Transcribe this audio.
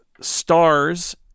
Stars